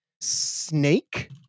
Snake